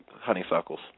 honeysuckles